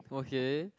okay